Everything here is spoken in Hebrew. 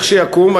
כשיקום,